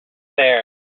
there